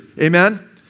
Amen